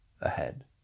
ahead